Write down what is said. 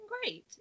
great